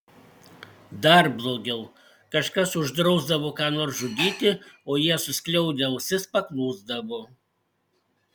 dar blogiau kažkas uždrausdavo ką nors žudyti o jie suskliaudę ausis paklusdavo